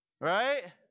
right